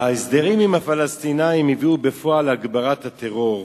ההסדרים עם הפלסטינים הביאו בפועל להגברת הטרור,